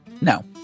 No